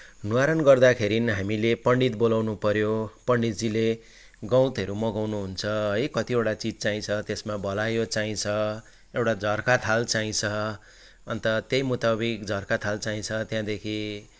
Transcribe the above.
न्वारन गर्दाखेरि हामीले पण्डित बोलाउनु पऱ्यो पण्डितजीले गौतहरू मगाउनुहुन्छ है कतिवटा चिज चाहिन्छ त्यसमा भलायो चाहिन्छ एउटा झर्का थाल चाहिन्छ अनि त त्यही मुताबिक झर्का थाल चाहिन्छ त्यहाँदेखि